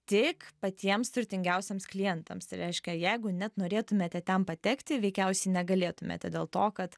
tik patiems turtingiausiems klientams tai reiškia jeigu net norėtumėte ten patekti veikiausiai negalėtumėte dėl to kad